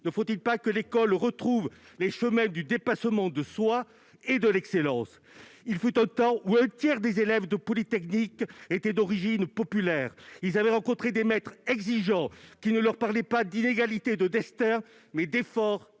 ne faut-il pas que l'école retrouve les chemins du dépassement de soi et de l'excellence ? Il fut un temps où un tiers des élèves de Polytechnique étaient d'origine populaire. Ils avaient rencontré des maîtres exigeants, qui ne leur parlaient pas d'inégalité de destin, mais d'effort et